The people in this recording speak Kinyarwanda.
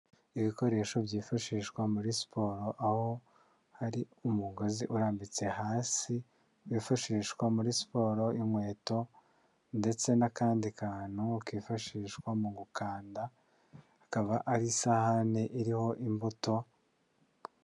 Ibikoresho byifashishwa muri siporo, aho hari umugozi urambitse hasi, wifashishwa muri siporo, inkweto ndetse n'akandi kantu kifashishwa mu gukanda, akaba ari isahani iriho imbuto.